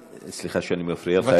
סליחה שאני מפריע לך.